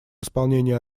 исполнению